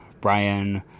Brian